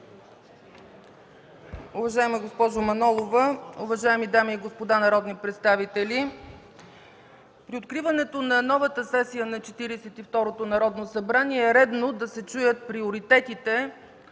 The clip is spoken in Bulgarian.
Уважаема госпожо Манолова, уважаеми госпожи и господа народни представители! При откриването на новата сесия на Четиридесет и второто Народно събрание е редно да се чуят приоритетите